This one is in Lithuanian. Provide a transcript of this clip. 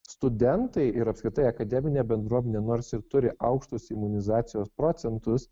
studentai ir apskritai akademinė bendruomenė nors ir turi aukštus imunizacijos procentus